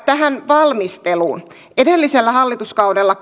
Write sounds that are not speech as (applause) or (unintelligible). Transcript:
tähän valmisteluun kun edellisellä hallituskaudella (unintelligible)